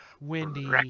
Wendy